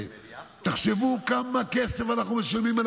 תחשבו כמה כסף אנחנו משלמים על